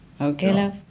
Okay